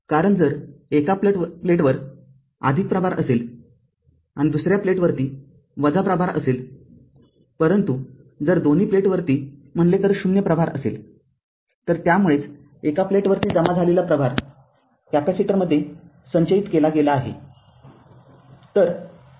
कारण जर एका प्लेटवर प्रभार असेल आणि दुसऱ्या प्लेटवरती प्रभार असेल परंतु जर दोन्ही प्लेटवरती म्हणले तर ० प्रभार असेल तर त्यामुळेच एका प्लेटवरती जमा झालेला प्रभार कॅपेसिटरमध्ये संचयित केला गेला आहे